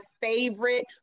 favorite